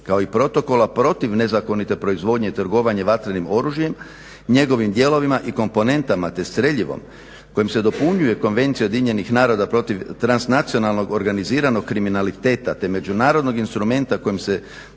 kao i protokola protiv nezakonite proizvodnje trgovanja vatrenim oružjem, njegovim dijelovima i komponentama te streljivom kojim se dopunjuje Konvencija UN-a protiv transnacionalnog organiziranog kriminaliteta te međunarodnog instrumenta kojim se